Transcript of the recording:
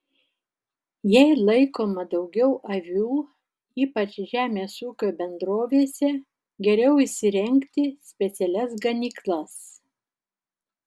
jei laikoma daugiau avių ypač žemės ūkio bendrovėse geriau įsirengti specialias ganyklas